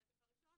בשקף הראשון.